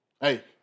hey